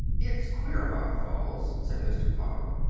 it's queer about falls, said mr. potter.